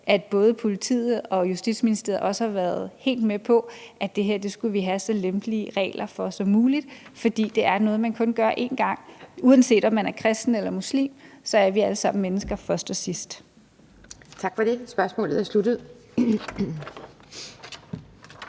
at både politiet og Justitsministeriet har været helt med på, at det her skulle vi have så lempelige regler for som muligt, fordi det er noget, man kun gør én gang for afdøde. Uanset om man er kristen eller muslim, er vi alle sammen mennesker først og sidst. Kl. 19:05 Anden